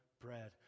bread